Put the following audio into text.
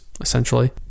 Essentially